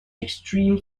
extreme